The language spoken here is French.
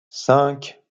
cinq